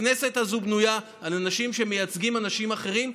הכנסת הזו בנויה על אנשים שמייצגים אנשים אחרים,